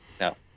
No